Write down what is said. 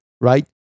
right